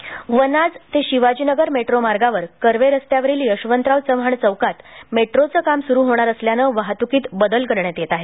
metro Vanaz ते Shivajinagar metro मार्गांवर कर्वे रस्त्या वरील यशवंतराव चव्हाण चौकात मेट्रोचं काम सुरू होणार असल्यानं वाहतुकीत बदल करण्यात येत आहे